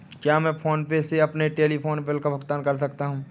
क्या मैं PhonePe से अपने टेलीफोन बिल का भुगतान कर सकता हूँ?